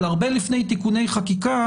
אבל הרבה לפני תיקוני חקיקה,